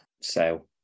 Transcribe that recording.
Sale